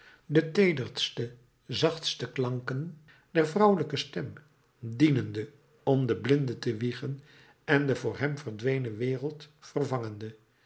de teederste zachtste klanken der vrouwelijke stem dienende om den blinde te wiegen en de voor hem verdwenen wereld vervangende